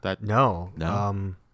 No